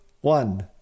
one